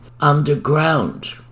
underground